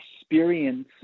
experience